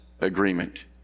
agreement